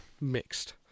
mixed